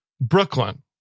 Brooklyn